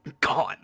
gone